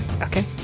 Okay